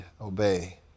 obey